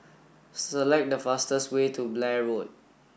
select the fastest way to Blair Road